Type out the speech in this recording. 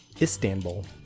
Istanbul